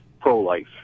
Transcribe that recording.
pro-life